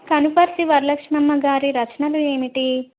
కనపర్తి వరలక్ష్మమ్మ గారి రచనలు ఏమిటి